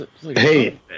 Hey